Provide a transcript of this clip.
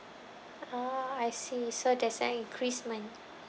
ah I see so there's an increment